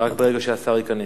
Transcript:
רק ברגע שהשר ייכנס.